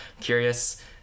curious